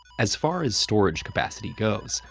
as far as storage capacity goes,